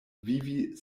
vivi